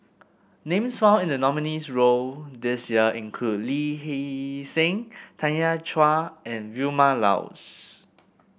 names found in the nominees' road this year include Lee Hee Seng Tanya Chua and Vilma Laus